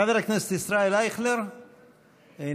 חבר הכנסת ישראל אייכלר, איננו.